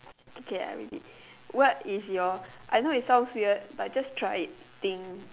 okay I'm ready what is your I know it sounds weird but just try it thing